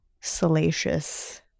salacious